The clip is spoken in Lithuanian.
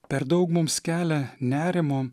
per daug mums kelia nerimo